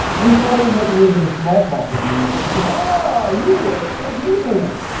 and he thought he would make a little bit of small talk with me and so he said oh, ah you work for hazelden,